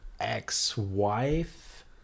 ex-wife